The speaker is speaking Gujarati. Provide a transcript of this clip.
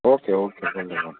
ઓકે ઓકે ધન્યવાદ